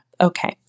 Okay